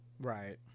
Right